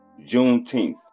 Juneteenth